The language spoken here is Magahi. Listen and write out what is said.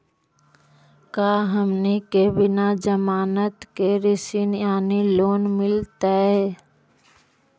का हमनी के बिना जमानत के ऋण यानी लोन मिलतई?